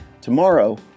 tomorrow